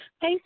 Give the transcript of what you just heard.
Hey